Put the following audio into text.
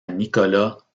nicolas